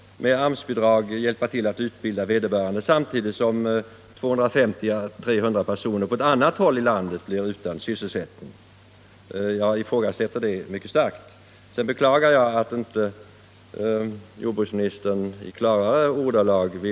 3 februari 1976 Sedan beklagar jag att inte jordbruksministern i klarare ordalag vill I komma med sina synpunkter på jordbrukssubventionerna i allmänhet Om sanitär kontroll Herr talman! Jag vill påpeka för herr Wachtmeister att jag haft att svara på den fråga han ställde, huruvida jag var beredd att vidta några åtgärder med anledning av den kris som broilerbranschen enligt hans mening råkat in i genom den kraftiga subventioneringen på nötkött och fläsk. Det var detta som den enkla frågan avsåg.